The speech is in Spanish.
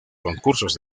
concursos